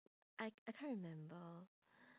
I I can't remember